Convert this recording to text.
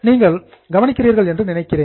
நீங்கள் கவனிக்கிறீர்கள் என்று நினைக்கிறேன்